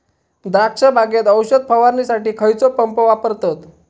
द्राक्ष बागेत औषध फवारणीसाठी खैयचो पंप वापरतत?